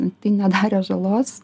tai nedarė žalos